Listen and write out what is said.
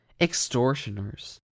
extortioners